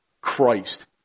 Christ